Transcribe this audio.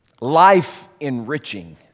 life-enriching